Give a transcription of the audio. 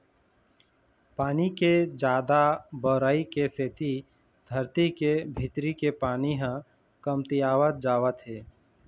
पानी के जादा बउरई के सेती धरती के भीतरी के पानी ह कमतियावत जावत हे